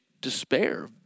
despair